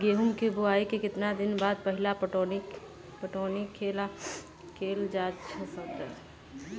गेंहू के बोआई के केतना दिन बाद पहिला पटौनी कैल जा सकैछि?